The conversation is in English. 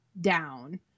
down